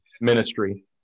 ministry